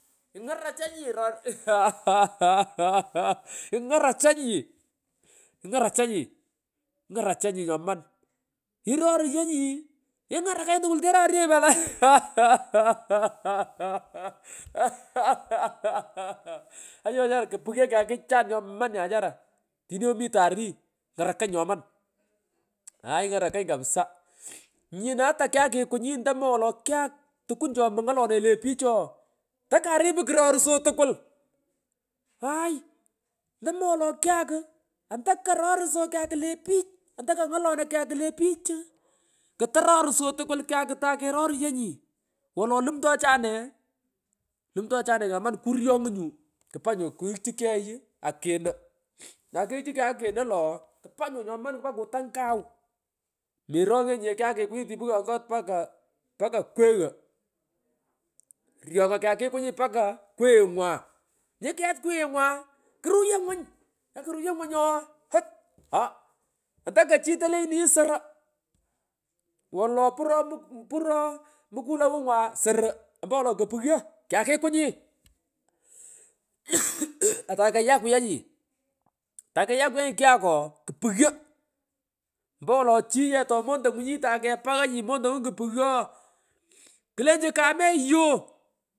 Ingarachanyi iror hahaha ingarachanyi ngarachanyi nyoman iroruyonyi ingarakanyi tukwul teroryonyi pat io hahahaha ayo wechara kopugho kyakichan ngoman nyachara tini omitan orii ingara kanyi nyoman hany ingarakanyi kapsa nyino ata kyakingungi tomo wolo kyak tukwun chomongolononye le pich ooh tokaripu kurorsot tukut hay tomo wola kyak buh ontokororuson kyaku lee pich ntokongolonoy kyaku le.